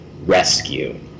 rescue